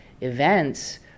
events